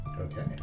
okay